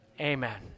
Amen